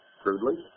crudely